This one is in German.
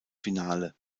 finale